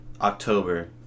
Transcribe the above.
October